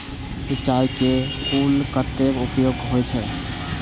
सिंचाई के कुल कतेक उपकरण होई छै?